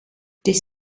this